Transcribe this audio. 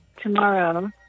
tomorrow